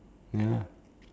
ya lah